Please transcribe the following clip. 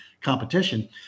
competition